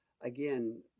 Again